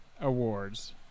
awards